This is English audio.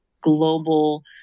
global